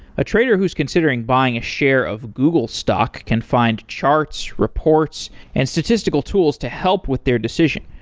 a trader who's considering buying a share of google stock can find charts, reports, and statistical tools to help with their decision.